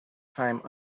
time